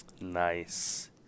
Nice